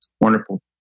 Wonderful